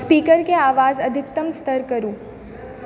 speaker के आवाज अधिकतम स्तर करु